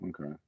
Okay